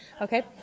Okay